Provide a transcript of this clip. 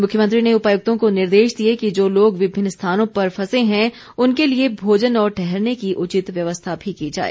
मुख्यमंत्री ने उपायुक्तों को निर्देश दिए कि जो लोग विभिन्न स्थानों पर फंसे हैं उनके लिए भोजन और ठहरने की उचित व्यवस्था की जाए